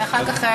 ואחר כך,